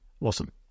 Awesome